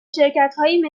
شرکتهایی